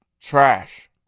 trash